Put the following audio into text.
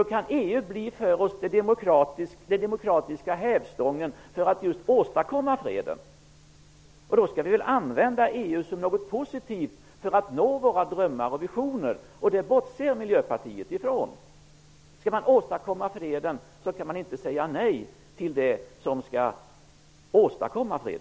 EU kan bli den demokratiska hävstången för att just åstadkomma fred. Då skall vi väl använda EU som något positivt för att uppnå våra drömmar och visioner, men det bortser Miljöpartiet ifrån. Skall man åstadkomma fred kan man inte säga nej till det som skall åstadkomma fred.